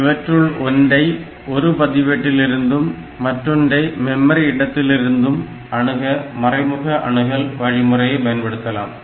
இவற்றுள் ஒன்றை ஒரு பதிவேட்டிலிருந்தும் மற்றொன்றை மெமரி இடத்திலிருந்தும் அணுக மறைமுக அணுகல் வழிமுறையை பயன்படுத்தலாம்